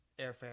airfare